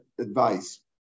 Advice